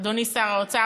אדוני שר האוצר,